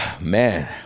man